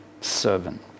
servant